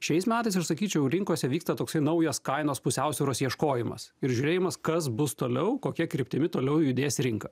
šiais metais aš sakyčiau rinkose vyksta toksai naujos kainos pusiausvyros ieškojimas ir žiūrėjimas kas bus toliau kokia kryptimi toliau judės rinka